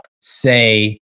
say